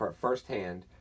firsthand